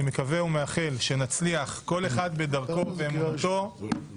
אני מקווה ומאחל שנצליח כל אחד בדרכו ובאמונתו